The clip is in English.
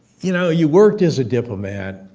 you know, you worked as a diplomat,